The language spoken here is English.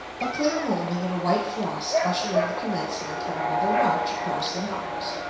a clear morning and a white frost usher in the commencement of another march across the mountains,